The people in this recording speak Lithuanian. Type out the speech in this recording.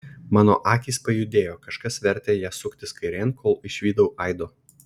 mano akys pajudėjo kažkas vertė jas suktis kairėn kol išvydau aido